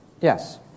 yes